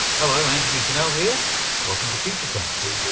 hello, antony funnell here welcome to future tense.